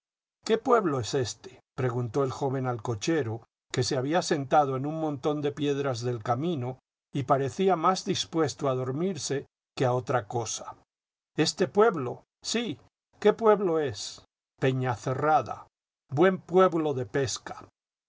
íqué pueblo es éste preguntó el joven al cochero que se había sentado en un montón de piedras del camino y parecía más dispuesto a dormirse que a otra cosa este pueblo sí qué pueblo es peñacerrada buen pueblo de pesca